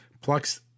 plus